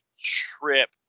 trip